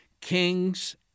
kings